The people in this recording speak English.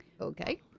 Okay